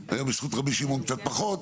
ב-24:00.